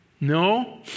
No